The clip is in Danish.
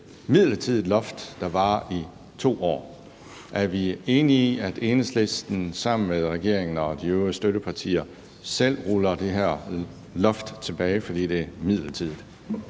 midlertidigt loft, der varer i 2 år. Er vi enige om, at Enhedslisten sammen med regeringen og de øvrige støttepartier selv ruller det her loft tilbage, fordi det er midlertidigt?